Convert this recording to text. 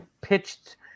pitched